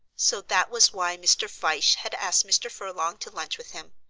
so that was why mr. fyshe had asked mr. furlong to lunch with him,